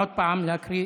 עוד פעם להקריא